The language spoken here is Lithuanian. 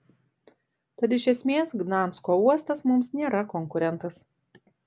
tad iš esmės gdansko uostas mums nėra konkurentas